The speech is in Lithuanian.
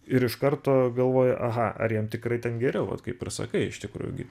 ir iš karto galvoji aha ar jiem tikrai ten geriau vat kaip ir sakai iš tikrųjų gi